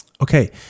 Okay